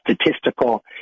statistical